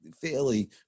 fairly